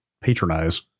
patronize